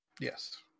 Yes